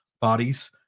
bodies